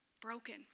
Broken